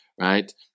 right